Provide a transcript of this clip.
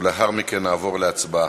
ולאחר מכן נעבור להצבעה.